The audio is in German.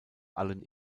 allen